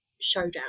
showdown